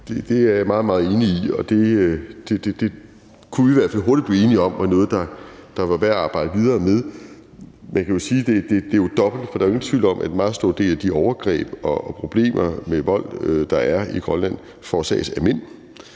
Det er jeg meget, meget enig i, og det kunne vi i hvert fald hurtigt blive enige om var noget, der var værd at arbejde videre med. Man kan jo sige, at det er dobbelt, for der er jo ingen tvivl om, at en meget stor del af de overgreb og problemer med vold, der er i Grønland, forårsages af mænd